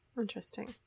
Interesting